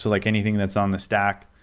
like anything that's on the stack,